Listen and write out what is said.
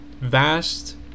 vast